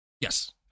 Yes